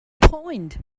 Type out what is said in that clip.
point